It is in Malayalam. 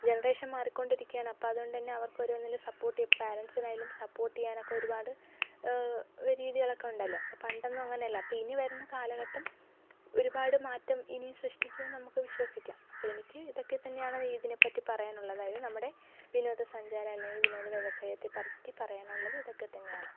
ജനറേഷൻ മാറിക്കൊണ്ടിരിക്കുകയാണ് അപ്പം അതുകൊണ്ടു തന്നെ അവർക്ക് ഓരോന്നിലും സപ്പോർട്ട് പാരൻസിനായാലും സപ്പോർട്ട് ചെയ്യാനൊക്കെ ഒരുപാട് രീതികളൊക്കെ ഉണ്ടല്ലോ ഇപ്പോൾ പണ്ടൊന്നും അങ്ങനെയല്ല അപ്പം ഇനി വരുന്ന കാലഘട്ടം ഒരുപാട് മാറ്റം ഇനിയും സൃഷ്ടിക്കും എന്ന് നമുക്ക് വിശ്വസിക്കാം അപ്പോൾ എനിക്ക് ഇതൊക്കെ തന്നെയാണ് ഇതിനെപ്പറ്റി പറയാനുള്ളത് അതായത് നമ്മുടെ വിനോദസഞ്ചാരം അല്ലെങ്കിൽ വിനോദവ്യവസായത്തെപ്പറ്റി പറയാനുള്ളതും ഇതൊക്കെ തന്നെയാണ്